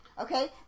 Okay